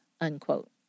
unquote